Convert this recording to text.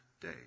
day